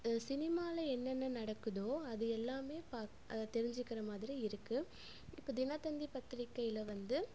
சினிமாவில என்னென்ன நடக்குதோ அது எல்லாமே பாக் அதை தெரிஞ்சுக்கிற மாதிரி இருக்கு இப்போ தினத்தந்தி பத்திரிக்கையில் வந்து